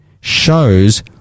shows